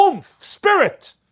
spirit